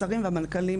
השרים והמנכ"לים,